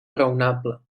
raonable